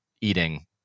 eating